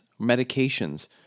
medications